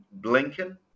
Blinken